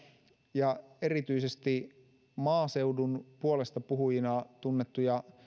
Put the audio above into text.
ja erityisesti maaseudun puolestapuhujina tunnettuja